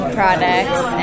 products